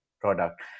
product